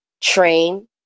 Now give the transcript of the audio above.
train